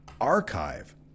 archive